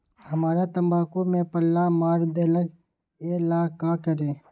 हमरा तंबाकू में पल्ला मार देलक ये ला का करी?